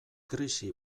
krisi